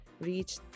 reach